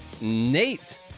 Nate